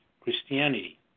Christianity